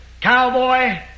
cowboy